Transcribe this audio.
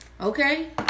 okay